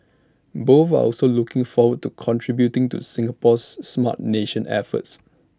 both are also looking forward to contributing to Singapore's Smart Nation efforts